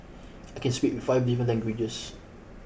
I can speak five different languages